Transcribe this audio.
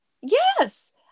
yes